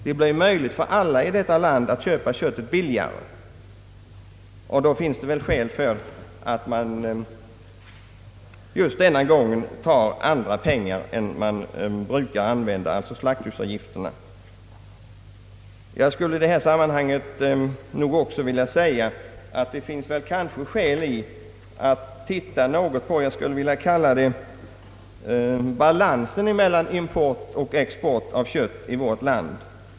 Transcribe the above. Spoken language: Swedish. Det blir möjligt för alla i detta land att köpa köttet billigare, och då finns det skäl för att man just denna gång tar andra pengar än man brukar använda, alltså slaktdjursavgifterna. Jag skulle i detta sammanhang vilja säga att det kanske också finns skäl att titta något på vad jag skulle vilja kalla för balansen mellan import och export av kött i vårt land.